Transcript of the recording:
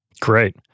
Great